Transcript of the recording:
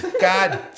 God